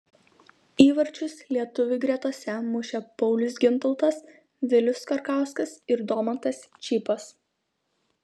įvarčius lietuvių gretose mušė paulius gintautas vilius karkauskas ir domantas čypas